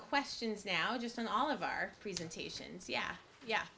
questions now just in all of our presentations yeah yeah